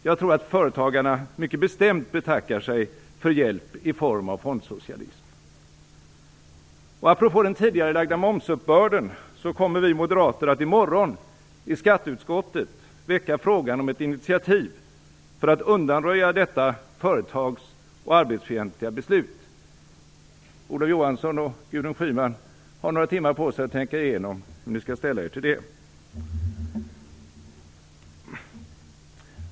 Jag tror att företagarna mycket bestämt betackar sig för hjälp i form av fondsocialism! Apropå den tidigarelagda momsuppbörden kommer vi moderater att i morgon i skatteutskottet väcka frågan om ett initiativ för att undanröja detta företagsoch arbetsfientliga beslut. Olof Johansson och Gudrun Schyman har några timmar på sig att tänka igenom hur de skall ställa sig till det.